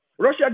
Russia